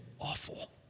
awful